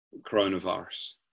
coronavirus